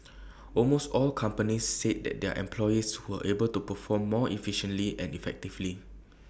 almost all companies said that their employees were able to perform more efficiently and effectively